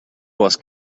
was